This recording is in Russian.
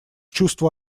чувству